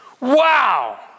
Wow